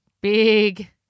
Big